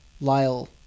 Lyle